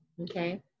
okay